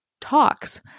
talks